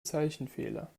zeichenfehler